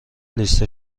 لیست